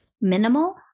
minimal